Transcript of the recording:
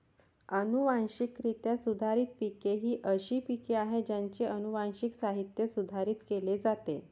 अनुवांशिकरित्या सुधारित पिके ही अशी पिके आहेत ज्यांचे अनुवांशिक साहित्य सुधारित केले जाते